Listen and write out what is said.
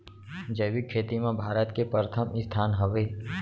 जैविक खेती मा भारत के परथम स्थान हवे